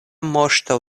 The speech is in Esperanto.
moŝto